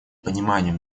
пониманию